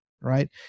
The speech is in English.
right